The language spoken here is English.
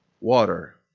Water